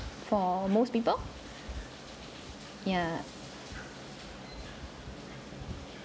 for most people yeah